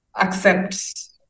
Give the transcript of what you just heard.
accept